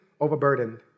overburdened